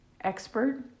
expert